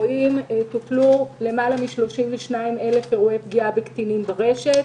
טופלו יותר מ-32,000 אירועי פגיעה בקטינים ברשת.